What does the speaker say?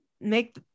make